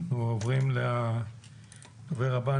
אנחנו עוברים לדובר הבא.